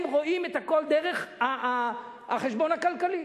הם רואים הכול דרך החשבון הכלכלי,